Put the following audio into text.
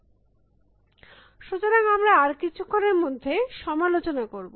ছাত্র সুতরাং আমরা আর কিছুক্ষণের মধ্যে সমালোচনা করব